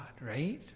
right